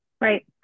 right